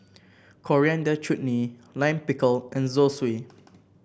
Coriander Chutney Lime Pickle and Zosui